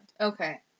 Okay